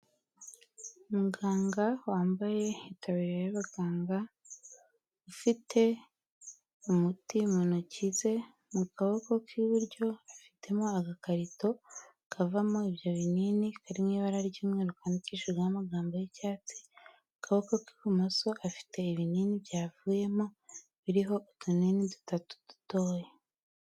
Muganga wambaye itaburiya y'abaganga, ufite umuti mu ntoki ze mu kaboko k'iburyo afitemo agakarito kavamo ibyo binini kari mu ibara ry'umweru kandikishijeho amagambo y'icyatsi, akaboko k'ibumoso afite ibinini byavuyemo biriho utunini dutatu dutoya.